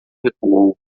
recuou